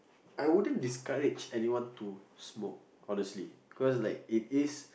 I wouldn't discourage anyone to smoke honestly cause like it is